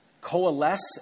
coalesce